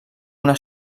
una